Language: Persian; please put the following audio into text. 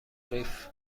قیف